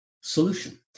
solution